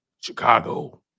Chicago